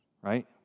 right